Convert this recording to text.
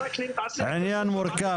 עניין מורכב.